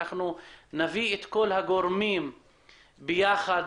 נביא את כל הגורמים יחד,